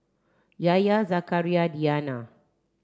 Yahya Zakaria Diana